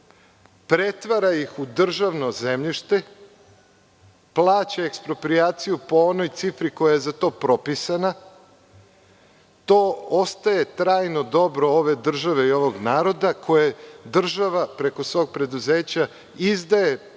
Pretvara ih u državno zemljište i plaća eksproprijaciju po onoj cifri koja je za to propisana. To ostaje trajno dobro ove države i ovog naroda, koje država preko svog preduzeća izdaje